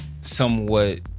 Somewhat